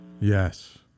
Yes